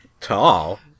Tall